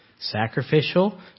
Sacrificial